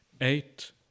eight